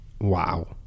Wow